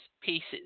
pieces